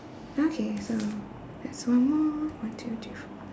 okay so that's one more one two three four